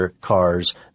cars